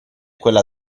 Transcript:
quella